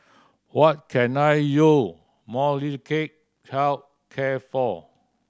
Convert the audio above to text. what can I you Molnylcke Health Care for